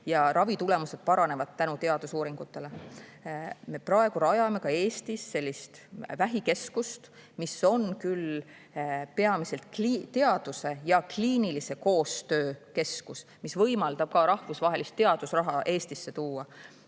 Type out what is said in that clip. ja ravitulemused paranevad tänu teadusuuringutele. Me praegu rajame Eestis sellist vähikeskust, mis on küll peamiselt teaduse ja kliinilise koostöö keskus, mis võimaldab ka rahvusvahelist teadusraha Eestisse tuua,